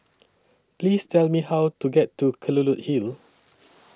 Please Tell Me How to get to Kelulut Hill